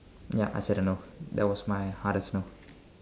ya I said no ya that was my hardest no